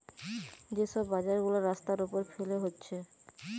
যে সব বাজার গুলা রাস্তার উপর ফেলে হচ্ছে